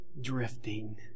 drifting